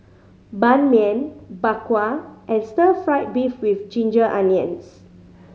Ban Mian Bak Kwa and Stir Fry beef with ginger onions